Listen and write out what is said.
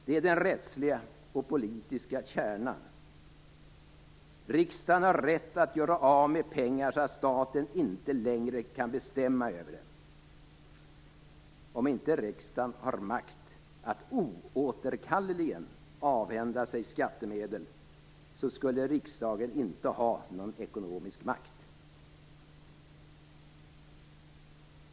Det är den rättsliga och politiska kärnan. Riksdagen har rätt att göra av med pengar så att staten inte längre kan bestämma över dem. Om inte riksdagen har makt att oåterkalleligen avhända sig skattemedel, skulle riksdagen inte ha någon ekonomisk makt.